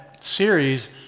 series